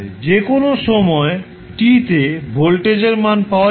যে কোনও সময় t তে ভোল্টেজের মান পাওয়া যাবে